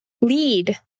lead